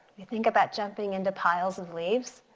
we think about jumping into piles of leaves.